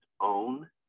own